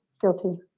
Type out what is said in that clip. Guilty